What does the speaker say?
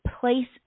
place